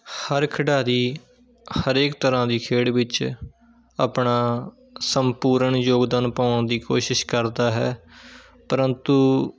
ਹਰ ਖਿਡਾਰੀ ਹਰੇਕ ਤਰ੍ਹਾਂ ਦੀ ਖੇਡ ਵਿੱਚ ਆਪਣਾ ਸੰਪੂਰਨ ਯੋਗਦਾਨ ਪਾਉਣ ਦੀ ਕੋਸ਼ਿਸ਼ ਕਰਦਾ ਹੈ ਪਰੰਤੂ